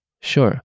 Sure